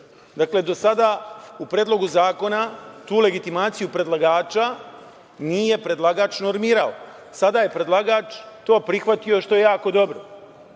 do sada u predlogu zakona tu legitimaciju predlagača nije predlagač normirao. Sada je predlagač to prihvatio, što je jako dobro.